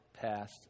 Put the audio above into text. passed